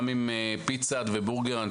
גם עם פיצה האט ובורגרראנץ',